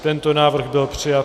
Tento návrh byl přijat.